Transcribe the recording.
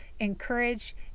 encourage